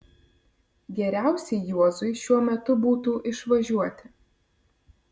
geriausiai juozui šiuo metu būtų išvažiuoti